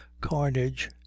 carnage